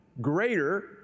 greater